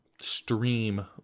stream